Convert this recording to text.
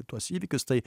tuos įvykius tai